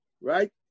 Right